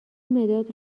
مداد